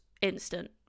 instant